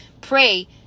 pray